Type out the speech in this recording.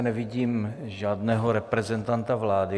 Nevidím zde žádného reprezentanta vlády.